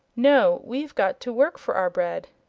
no. we've got to work for our bread.